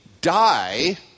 die